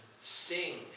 sing